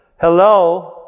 Hello